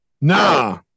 Nah